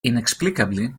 inexplicably